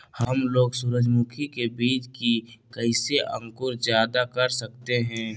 हमलोग सूरजमुखी के बिज की कैसे अंकुर जायदा कर सकते हैं?